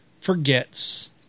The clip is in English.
forgets